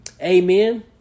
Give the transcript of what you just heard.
Amen